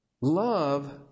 Love